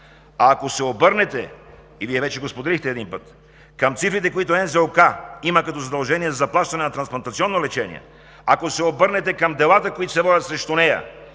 Ако се обърнете, и Вие вече го споделихте един път, към цифрите, които НЗОК има като задължение за заплащане на трансплантационно лечение, към делата, които се водят срещу нея